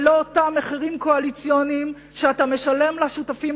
ולא אותם מחירים קואליציוניים שאתה משלם לשותפים